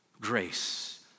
Grace